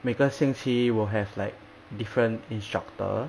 每个星期 will have like different instructor